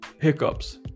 hiccups